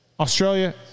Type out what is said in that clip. Australia